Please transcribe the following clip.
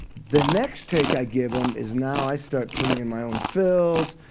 the next take i give them is now i start putting in my own fills.